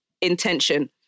intention